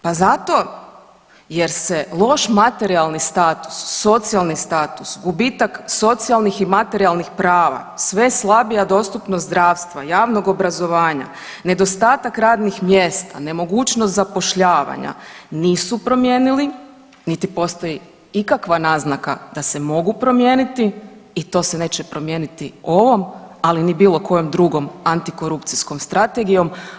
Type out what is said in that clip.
Pa zato jer se loš materijalni status, socijalni status, gubitak socijalnih i materijalnih prava, sve slabija dostupnost zdravstva, javnog obrazovanja, nedostatak radnih mjesta, nemogućnost zapošljavanja nisu promijenili niti postaji ikakva naznaka da se mogu promijeniti i to se neće promijeniti ovom ali ni bilo kojom drugom antikorupcijskom strategijom.